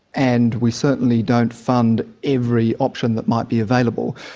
and we certainly don't fund every option that might be available,